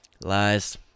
Lies